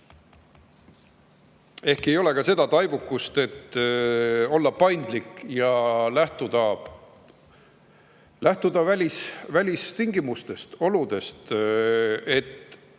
Ei ole ka seda taibukust, et olla paindlik ja lähtuda välistingimustest, ‑oludest, et